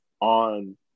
on